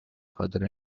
father